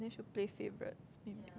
then she will play favorites